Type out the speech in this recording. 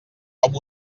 com